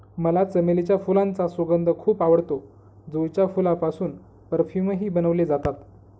मला चमेलीच्या फुलांचा सुगंध खूप आवडतो, जुईच्या फुलांपासून परफ्यूमही बनवले जातात